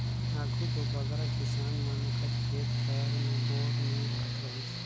आघु दो बगरा किसान मन कर खेत खाएर मे बोर नी रहत रहिस